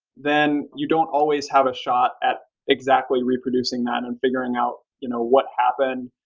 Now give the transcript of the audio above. then you don't always have a shot at exactly reproducing that and figuring out you know what happened,